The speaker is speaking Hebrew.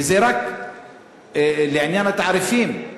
וזה רק לעניין התעריפים.